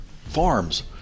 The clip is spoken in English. farms